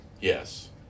Yes